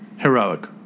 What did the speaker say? heroic